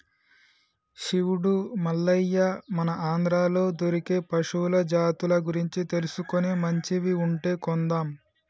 శివుడు మల్లయ్య మన ఆంధ్రాలో దొరికే పశువుల జాతుల గురించి తెలుసుకొని మంచివి ఉంటే కొందాం